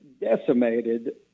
decimated